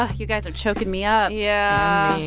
ah you guys are choking me up yeah.